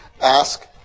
Ask